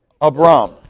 Abram